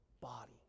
body